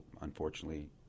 unfortunately